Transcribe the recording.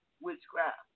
witchcraft